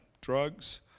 drugs